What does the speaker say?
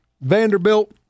Vanderbilt